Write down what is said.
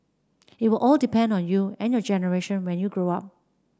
it will all depend on you and your generation when you grow up